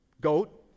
goat